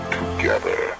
together